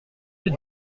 fait